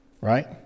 Right